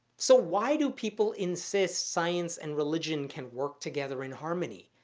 so why do people insist science and religion can work together in harmony?